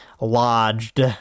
lodged